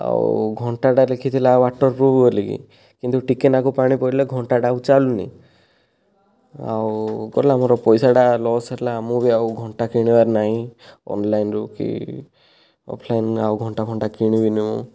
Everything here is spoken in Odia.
ଆଉ ଘଣ୍ଟାଟା ଲେଖିଥିଲା ୱାଟରପ୍ରୁଫ ବୋଲିକି କିନ୍ତୁ ଟିକିଏ ନାଆକୁ ପାଣି ପଡ଼ିଲେ ଘଣ୍ଟାଟା ଆଉ ଚାଲୁନି ଆଉ ଗଲା ମୋର ପଇସାଟା ଲସ୍ ହେଲା ମୁଁ ବି ଆଉ ଘଣ୍ଟା କିଣିବାର ନାଇଁ ଅନଲାଇନ୍ରୁ କି ଅଫଲାଇନ୍ ଆଉ ଘଣ୍ଟା ଫଣ୍ଟା କିଣିବିନି ମୁଁ